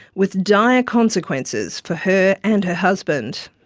with dire consequences for her and her husband.